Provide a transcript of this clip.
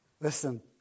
Listen